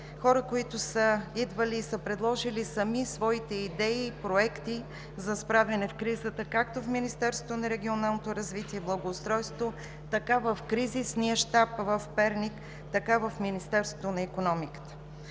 хора, които са идвали и са предложили сами своите идеи и проекти за справяне в кризата, както в Министерството на регионалното развитие и благоустройството, в кризисния щаб в Перник, така и в Министерството на икономиката.